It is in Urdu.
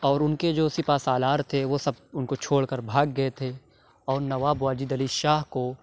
اور اُن کے جو سپہ سالار تھے وہ سب اُن کو چھوڑ کر بھاگ گئے تھے اور نواب واجد علی شاہ کو